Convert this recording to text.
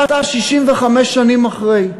אתה 65 שנים אחרי.